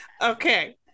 okay